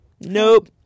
Nope